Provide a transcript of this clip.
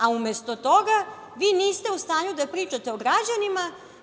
A umesto toga, vi niste u stanju da pričate o građanima.